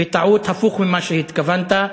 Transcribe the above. בטעות הפוך ממה שהתכוונת.